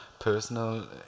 personal